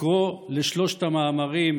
לקרוא לשלושת המאמרים